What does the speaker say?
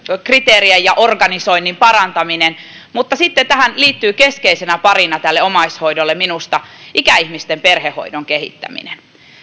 kriteerien ja organisoinnin parantaminen mutta sitten minusta tähän liittyy keskeisenä parina tälle omaishoidolle ikäihmisten perhehoidon kehittäminen